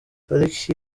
pariki